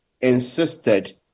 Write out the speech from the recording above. insisted